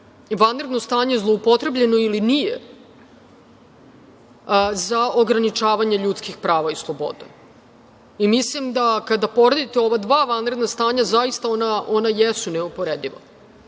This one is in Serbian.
vanredno stanje zloupotrebljeno ili nije za ograničavanje ljudskih prava i sloboda. Mislim da kada poredite ova dva vanredna stanja, zaista ona jesu neuporediva.